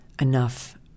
enough